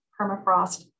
permafrost